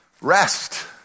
Rest